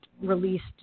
released